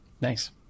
Nice